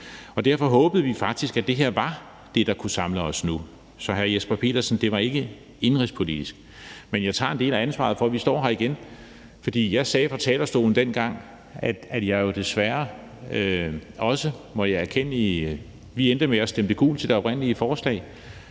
Derfor håbede vi faktisk, at det her var det, der kunne samle os nu. Så, hr. Jesper Petersen, det var ikke indenrigspolitisk. Men jeg tager en del af ansvaret for, at vi står her igen, for jeg lovede dengang fra talerstolen – vi endte jo desværre også, må jeg erkende, med at stemme gult til det oprindelige forslag